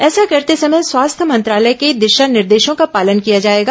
ऐसा करते समय स्वास्थ्य मंत्रालय के दिशा निर्देशों का पालन किया जाएगा